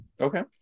Okay